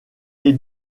est